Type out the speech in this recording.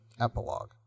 epilogue